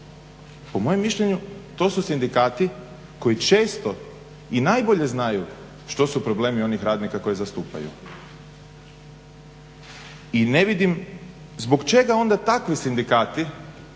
Po mojem mišljenju to su sindikati koji često i najbolje znaju što su problemi onih radnika koje zastupaju. I ne vidim zbog čega onda takvi sindikati